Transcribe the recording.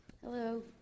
Hello